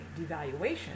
devaluation